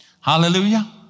Hallelujah